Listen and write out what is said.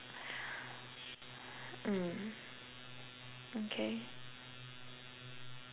mm okay